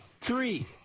Three